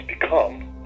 become